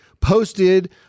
posted